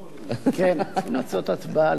כן, לעשות הצבעה על זה.